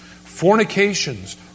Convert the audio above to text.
fornications